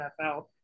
NFL